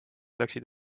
läksid